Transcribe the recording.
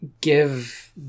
give